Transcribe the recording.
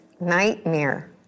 nightmare